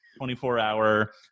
24-hour